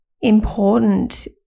important